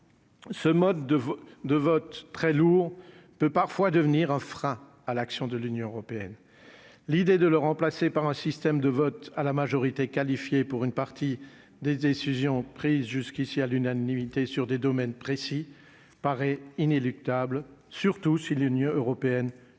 Ce mode de de votre très lourd peut parfois devenir un frein à l'action de l'Union européenne, l'idée de le remplacer par un système de vote à la majorité qualifiée pour une partie des décisions prises jusqu'ici à l'unanimité sur des domaines précis paraît inéluctable, surtout si l'Union européenne continue